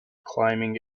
climbing